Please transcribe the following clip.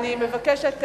אני מבקשת,